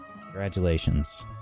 Congratulations